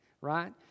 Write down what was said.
right